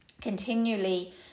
continually